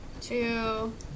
Two